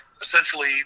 essentially